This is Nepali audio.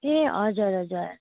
ए हजुर हजुर